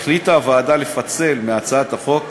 החליטה הוועדה לפצל אותו מהצעת החוק.